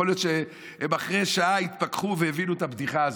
יכול להיות שהם אחרי שעה התפכחו והבינו את הבדיחה הזאת,